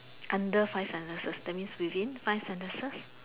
under five sentences that means within five sentences